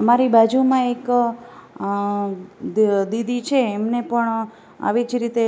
અમારી બાજુમાં એક દીદી છે એમને પણ આવી જ રીતે